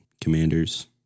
commanders